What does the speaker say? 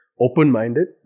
open-minded